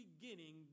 beginning